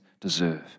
deserve